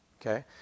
okay